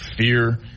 fear